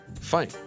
fine